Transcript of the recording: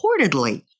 reportedly